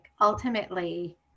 ultimately